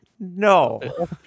No